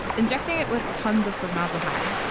injecting it with tons of formaldehyde.